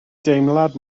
deimlad